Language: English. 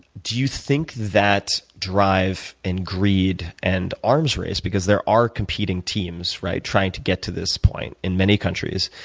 do you think that drive and greed and arms race, because there are competing teams, right, trying to get to this point in many countries,